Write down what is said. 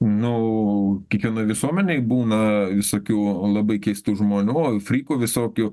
nu kiekvienoj visuomenėj būna visokių labai keistų žmonių va frykų visokių